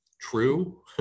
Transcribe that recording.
true